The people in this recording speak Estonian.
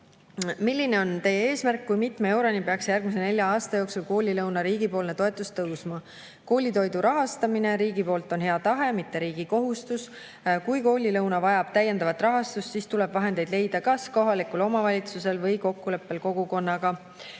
peaministrina Teie eesmärk, kui mitme euroni peaks järgmise nelja aasta jooksul koolilõuna riigipoolne toetus tõusma?" Koolitoidu rahastamine riigi poolt on hea tahe, mitte riigi kohustus. Kui koolilõuna vajab täiendavat rahastust, siis tuleb vahendeid leida kas kohalikul omavalitsusel või kokkuleppel kogukonnaga.